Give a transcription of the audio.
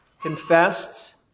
confessed